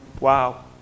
Wow